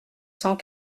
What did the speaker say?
cent